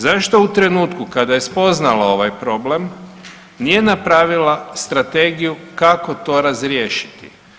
Zašto u trenutku kada je spoznala ovaj problem nije napravila strategiju kako to razriješiti?